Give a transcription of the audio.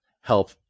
help